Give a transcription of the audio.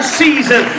season